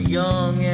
young